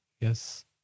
yes